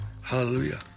Hallelujah